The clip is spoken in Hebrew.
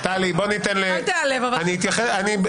אל תיעלב, אבל שלך לא.